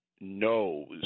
knows